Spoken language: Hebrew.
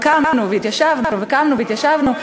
וקמנו והתיישבנו,